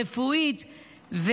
רפואית,